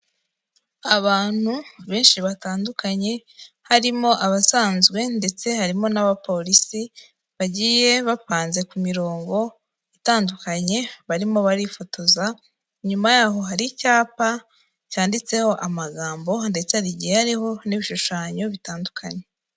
Abantu benshi batandukanye, harimo abasanzwe ndetse harimo n'abapolisi, bagiye bapanze ku mirongo itandukanye barimo barifotoza, inyuma yaho hari icyapa cyanditseho amagambo, ndetse hagiye hariho n'ibishushanyo bitandukanye.